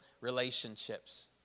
relationships